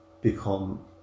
become